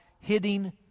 Hitting